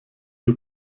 ihr